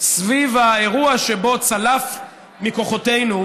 סביב האירוע שבו צלף מכוחותינו,